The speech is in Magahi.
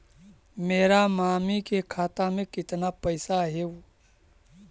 मेरा मामी के खाता में कितना पैसा हेउ?